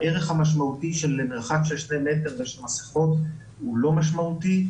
הערך של מרחק של שני מטר ושל מסכות הוא לא משמעותי,